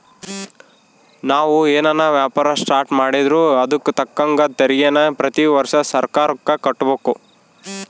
ನಾವು ಏನನ ವ್ಯಾಪಾರ ಸ್ಟಾರ್ಟ್ ಮಾಡಿದ್ರೂ ಅದುಕ್ ತಕ್ಕಂಗ ತೆರಿಗೇನ ಪ್ರತಿ ವರ್ಷ ಸರ್ಕಾರುಕ್ಕ ಕಟ್ಟುಬಕು